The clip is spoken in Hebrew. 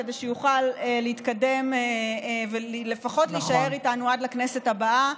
כדי שיוכל להתקדם ולפחות להישאר איתנו עד לכנסת הבאה.